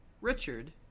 Richard